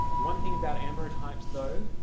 one thing about ambrotypes, though,